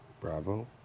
Bravo